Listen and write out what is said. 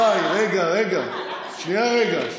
רבותיי, רגע, רגע.